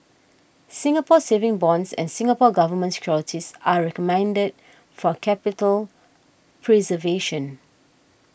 Singapore Savings Bonds and Singapore Government Securities are recommended for capital preservation